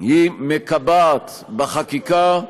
היא מקבעת בחקיקה,